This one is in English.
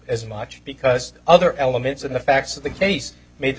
as much because other elements in the facts of the case made the